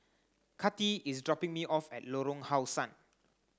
Kati is dropping me off at Lorong How Sun